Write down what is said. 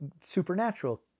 supernatural